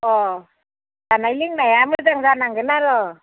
अह जानाय लोंनाया मोजां जानांगोन आरो